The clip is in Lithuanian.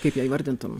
kaip ją įvardintum